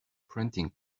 printing